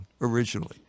originally